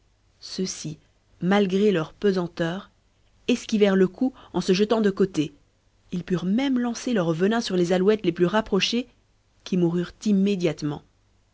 ceux-ci malgré leur pesanteur esquivèrent le coup en se jetant de côté ils purent même lancer leur venin sur les alouettes les plus rapprochées qui moururent immédiatement